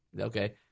Okay